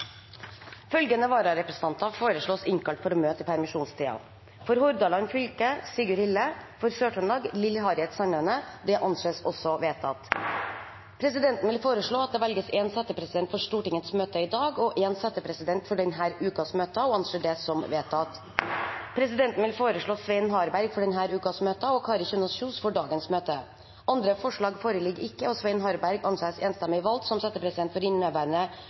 Følgende vararepresentanter innkalles for å møte i permisjonstiden: For Hordaland fylke: Sigurd Hille For Sør-Trøndelag: Lill Harriet Sandaune Presidenten vil foreslå at det velges én settepresident for Stortingets møte i dag og én settepresident for denne ukens møter – og anser det som vedtatt. Presidenten vil foreslå Svein Harberg for denne ukens møter og Kari Kjønaas Kjos for dagens møte. – Andre forslag foreligger ikke, og Svein Harberg anses enstemmig valgt som settepresident for inneværende